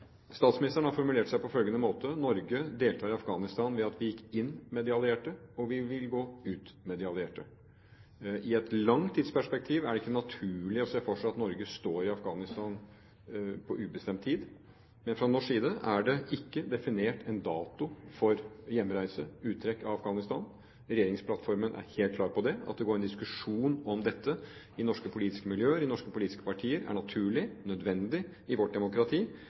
Statsministeren har formulert seg på følgende måte: Norge deltar i Afghanistan ved at vi gikk inn med de allierte, og vi vil gå ut med de allierte. I et langt tidsperspektiv er det ikke naturlig å se for seg at Norge står i Afghanistan på ubestemt tid, men fra norsk side er det ikke definert en dato for hjemreise, uttrekk av Afghanistan. Regjeringsplattformen er helt klar på det. At det går en diskusjon om dette i norske politiske miljøer, i norske politiske partier, er naturlig og nødvendig i vårt demokrati,